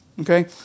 okay